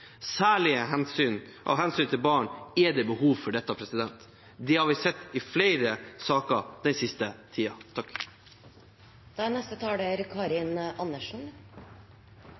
av hensyn til barn er det behov for dette. Det har vi sett i flere saker den siste tiden. Jeg er